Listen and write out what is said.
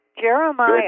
Jeremiah